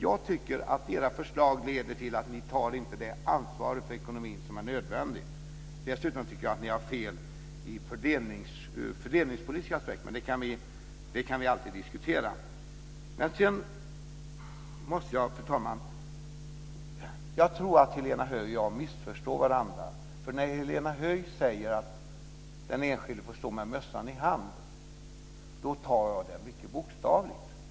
Jag tycker inte att era förslag innebär att ni tar det ansvar för ekonomin som är nödvändigt. Dessutom tycker jag att ni har fel ur fördelningspolitisk aspekt, men det kan vi alltid diskutera. Fru talman! Jag tror att Helena Höij och jag missförstår varandra. När Helena Höij säger att den enskilde får stå med mössan i handen uppfattar jag det mycket bokstavligt.